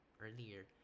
earlier